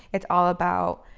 it's all about,